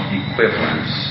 equivalence